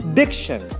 diction